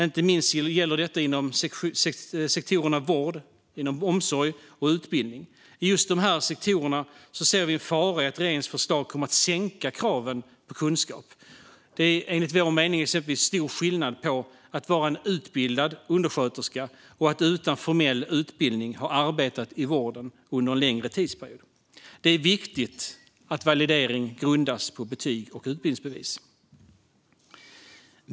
Inte minst gäller detta inom vård och omsorg och utbildning. I just dessa sektorer ser vi en fara i att regeringens förslag kommer att sänka kraven på kunskap. Enligt vår mening är det exempelvis stor skillnad mellan att vara utbildad undersköterska och att utan formell utbildning ha arbetat i vården under en längre tidsperiod. Det är viktigt att validering grundas på betyg och utbildningsbevis.